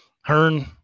Hearn